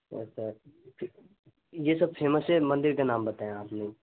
اچھا اچھا ٹھیک یہ سب فیمسیں مندر کے نام بتائے آپ نے